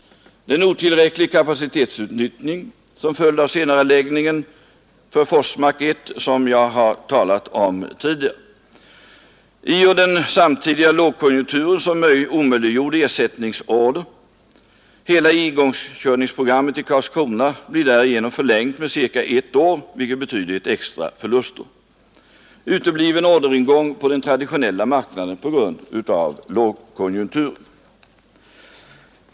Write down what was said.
För det andra otillräckligt kapacitetsutnyttjande som följd av senareläggning av beställningen för Forsmark 1, som jag talade om tidigare, och den samtidiga lågkonjunkturen, som omöjliggjorde ersättningsorder. Hela igångsättningsprogrammet i Karlskrona blir därigenom förlängt med ca ett år, vilket betyder extra förluster. För det tredje utebliven orderingång på den traditionella marknaden på grund av lågkonjunkturen.